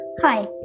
Hi